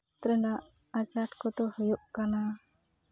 ᱯᱚᱱᱚᱛ ᱨᱮᱱᱟᱜ ᱟᱸᱡᱷᱟᱴ ᱠᱚᱫᱚ ᱦᱩᱭᱩᱜ ᱠᱟᱱᱟ